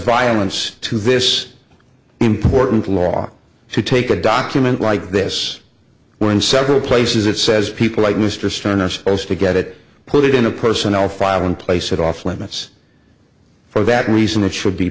violence to this important law to take a document like this where in several places it says people like mr stern are supposed to get it put it in a personnel file and place it off limits for that reason it should be